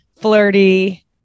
flirty